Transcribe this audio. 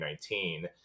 2019